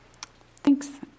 Thanks